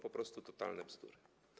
Po prostu totalne bzdury.